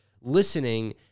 listening